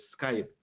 skype